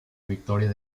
victoria